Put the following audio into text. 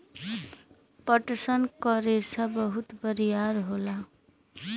पटसन क रेसा बहुत बरियार होला